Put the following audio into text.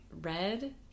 Red